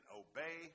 obey